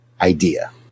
idea